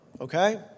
okay